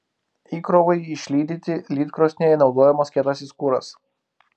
įkrovai išlydyti lydkrosnėje naudojamas kietasis kuras